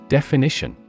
Definition